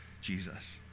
Jesus